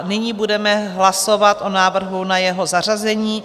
Nyní budeme hlasovat o návrhu na jeho zařazení.